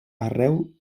arreu